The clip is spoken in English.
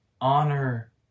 honor